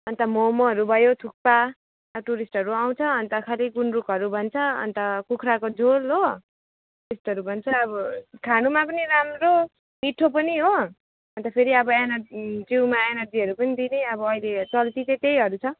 अन्त मोमोहरू भयो थुक्पा टुरिस्ट आउँछ अन्त खालि गुन्द्रुकहरू भन्छ अन्त कुखुराको झोल हो त्यस्तोहरू भन्छ अब खानुमा पनि राम्रो मिठो पनि हो अन्त फेरि अब एनर्जी जिउमा एनर्जीहरू पनि दिने अब अहिले चल्ति चाहिँ त्यहीहरू छ